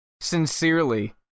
sincerely